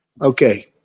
Okay